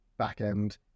backend